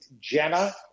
jenna